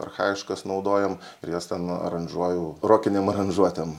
archajiškas naudojom ir jas ten aranžuoju rokinėm aranžuotėm